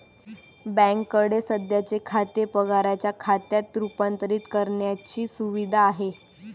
बँकेकडे सध्याचे खाते पगाराच्या खात्यात रूपांतरित करण्याची सुविधा आहे